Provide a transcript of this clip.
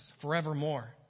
forevermore